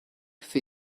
für